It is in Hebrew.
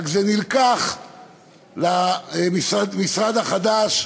רק זה נלקח למשרד החדש,